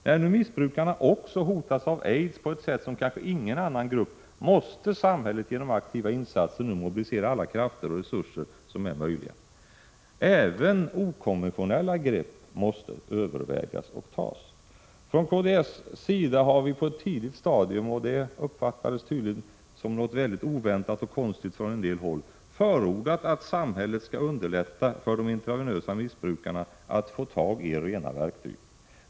När nu missbrukarna också hotas av aids på ett sätt som kanske ingen annan grupp, måste samhället genom aktiva insatser mobilisera alla krafter och resurser. Även okonventionella grepp måste övervägas och tas. Från kds sida har vi på ett tidigt stadium — och det uppfattades som något oväntat och konstigt på en del håll — förordat att samhället skall underlätta för de personer som injicerar narkotika intravenöst att få tag i rena verktyg.